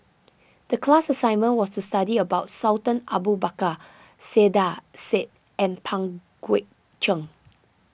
the class assignment was to study about Sultan Abu Bakar Saiedah Said and Pang Guek Cheng